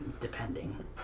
Depending